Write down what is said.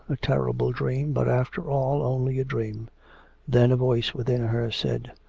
a terrible dream, but after all only a dream then a voice within her said,